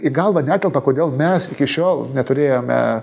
į galvą netelpa kodėl mes iki šiol neturėjome